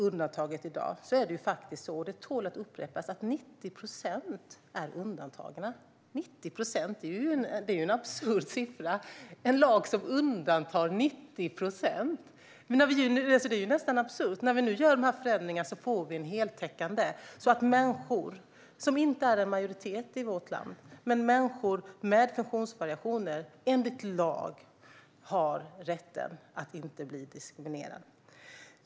Undantaget i dag - och detta tål att upprepas - innebär att 90 procent är undantagna. Det är en absurd siffra! När vi nu gör dessa förändringar blir lagen heltäckande, så att människor med funktionsvariationer, som inte är en majoritet i vårt land, enligt lag har rätten att inte bli diskriminerade.